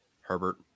Herbert